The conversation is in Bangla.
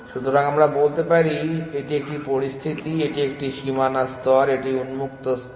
সুতরাং আমরা বলতে পারি এটি একটি পরিস্থিতি এটি একটি সীমানা স্তর এটি উন্মুক্ত স্তর